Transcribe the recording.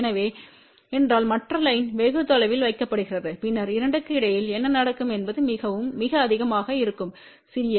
எனவே என்றால் மற்ற லைன் வெகு தொலைவில் வைக்கப்படுகிறது பின்னர் 2 க்கு இடையில் என்ன நடக்கும் என்பது மிகவும் மிக அதிகமாக இருக்கும் சிறிய